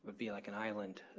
would be like an island,